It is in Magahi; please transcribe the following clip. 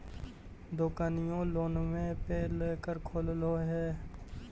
दोकनिओ लोनवे पर लेकर खोललहो हे?